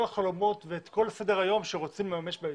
החלומות ואת כל סדר היום שרוצים לממש בישוב.